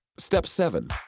step seven.